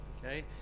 Okay